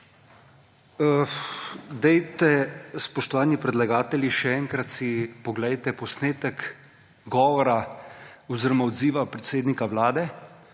besedo. Spoštovani predlagatelji, še enkrat si poglejte posnetek govora oziroma odziva predsednika Vlade